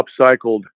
upcycled